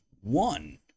one